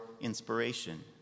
inspiration